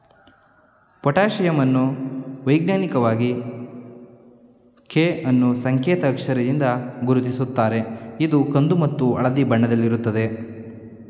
potassium ಅನ್ನು ವೈಜ್ಞಾನಿಕವಾಗಿ K ಅನ್ನೂ ಸಂಕೇತ್ ಅಕ್ಷರದಿಂದ ಗುರುತಿಸುತ್ತಾರೆ ಇದು ಕಂದು ಮತ್ತು ಹಳದಿ ಬಣ್ಣದಲ್ಲಿರುತ್ತದೆ